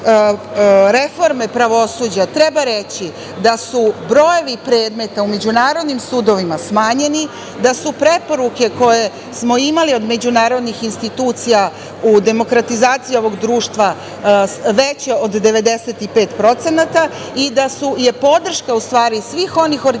reforme pravosuđa treba reći da su brojevi predmeta u međunarodnim sudovima smanjeni, da su preporuke koje smo imali od međunarodnih institucija u demokratizaciji ovog društva veće od 95% i da je podrška u stvari svih onih organizacija